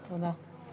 תודה.